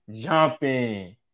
jumping